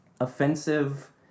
offensive